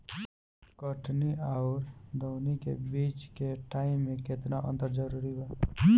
कटनी आउर दऊनी के बीच के टाइम मे केतना अंतर जरूरी बा?